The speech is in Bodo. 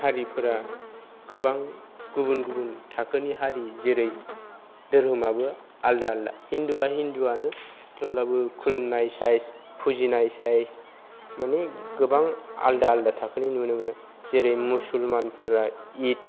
हारिफोरा गोबां गुबुन गुबुन थाखोनि हारि जेरै धोरोमाबो आलदा आलदा हिन्दुवा हिन्दुवानो थेवब्लाबो खुलुमनाय सायस फुजिनाय सायस माने गोबां आलदा आलदा थाखोनि नुनो मोनो जेरै मुसलमानफोरा ईद